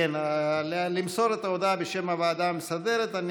כדי למסור את ההודעה בשם הוועדה המסדרת אני